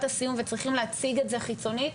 הסיום וצריכים להציג את זה חיצונית,